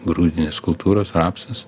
grūdinės kultūros rapsas